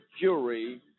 jury